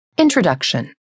Introduction